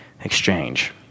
exchange